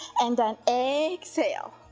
and then exhale,